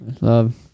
love